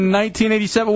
1987